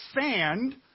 sand